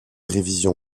révision